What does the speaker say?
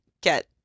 get